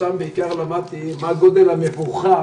שם למדתי בעיקר מה גודל המבוכה